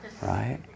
right